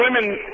women